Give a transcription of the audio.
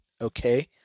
Okay